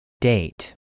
Date